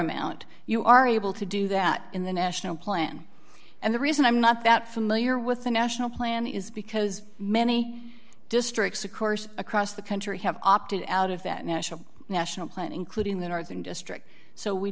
amount you are able to do that in the national plan and the reason i'm not that familiar with the national plan is because many districts a course across the country have opted out of that national national plan including the northern district so we